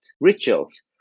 rituals